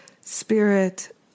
spirit